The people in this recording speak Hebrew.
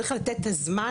צריך לתת את הזמן,